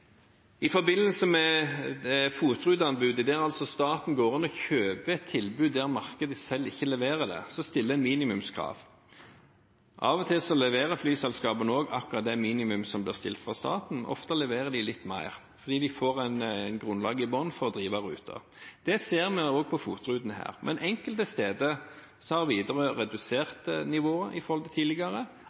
I forbindelse med FOT-ruteanbudet, der altså staten går inn og kjøper et tilbud som markedet selv ikke leverer, stiller en minimumskrav. Av og til leverer flyselskapene også akkurat det minimum som det blir stilt krav om fra staten. Ofte leverer de litt mer, fordi de får et grunnlag i bunn for å drive ruter. Det ser vi også på FOT-rutene her. Men enkelte steder har Widerøe redusert nivået i forhold til tidligere,